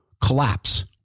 Collapse